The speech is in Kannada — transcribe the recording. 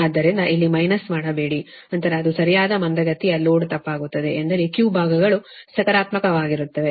ಆದ್ದರಿಂದ ಇಲ್ಲಿ ಮೈನಸ್ ಮಾಡಬೇಡಿ ನಂತರ ಅದು ಸರಿಯಾದ ಮಂದಗತಿಯ ಲೋಡ್ ತಪ್ಪಾಗುತ್ತದೆ ಎಂದರೆ Q ಭಾಗಗಳು ಸಕಾರಾತ್ಮಕವಾಗಿರುತ್ತವೆ